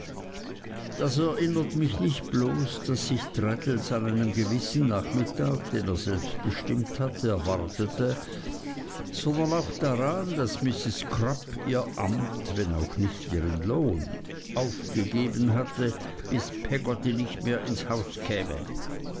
das erinnert mich nicht bloß daß ich traddles an einem gewissen nachmittag den er selbst bestimmt hatte erwartete sondern auch daran daß mrs crupp ihr amt wenn auch nicht ihren lohn aufgegeben hatte bis peggotty nicht mehr ins haus käme